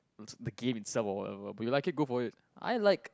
it's the game itself or whatever but you like it go for it I like